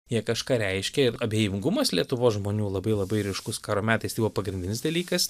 jie kažką reiškia ir abejingumas lietuvos žmonių labai labai ryškus karo metais tai buvo pagrindinis dalykas